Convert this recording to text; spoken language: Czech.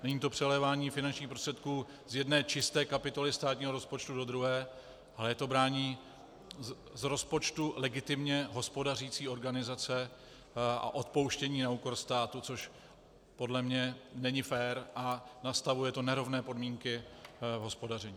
Není to přelévání finančních prostředků z jedné čisté kapitoly státního rozpočtu do druhé, ale je to braní z rozpočtu legitimně hospodařící organizace a odpouštění na úkor státu, což podle mě není fér a nastavuje to nerovné podmínky v hospodaření.